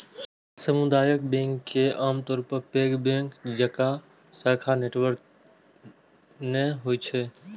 सामुदायिक बैंक के आमतौर पर पैघ बैंक जकां शाखा नेटवर्क नै होइ छै